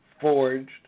forged